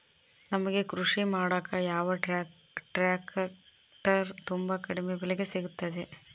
ನಮಗೆ ಕೃಷಿ ಮಾಡಾಕ ಯಾವ ಟ್ರ್ಯಾಕ್ಟರ್ ತುಂಬಾ ಕಡಿಮೆ ಬೆಲೆಗೆ ಸಿಗುತ್ತವೆ?